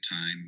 time